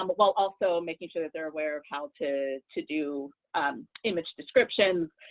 um while also making sure that they're aware of how to to do image descriptions,